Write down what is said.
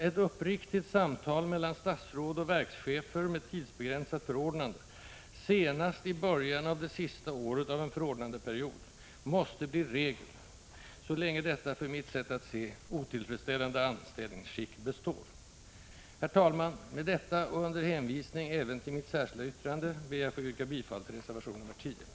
Ett uppriktigt samtal mellan statsråd och verkschefer med tidsbegränsat förordnande senast i början av det sista året av en förordnandeperiod måste bli regel, så länge detta — för mitt sätt att se — otillfredsställande anställningsskick består. Herr talman! Med detta och under hänvisning även till mitt särskilda yttrande ber jag att få yrka bifall till reservation nr 10.